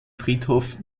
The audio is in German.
friedhof